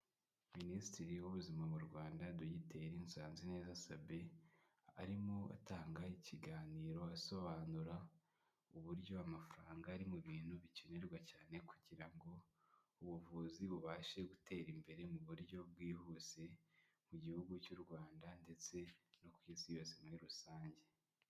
Minisitiri w'ubuzima mu Rwanda, Dogiteri, Nsanzineza Sabin, arimo atanga ikiganiro asobanura uburyo amafaranga ari mu bintu bikenerwa cyane, kugira ngo ubuvuzi bubashe gutera imbere mu buryo bwihuse, mu gihugu cy'u Rwanda ndetse no ku isi yose muri rusange